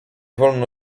wolno